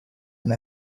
and